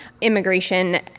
immigration